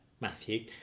Matthew